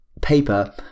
paper